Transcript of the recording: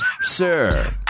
Sir